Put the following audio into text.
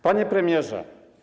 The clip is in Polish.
Panie Premierze!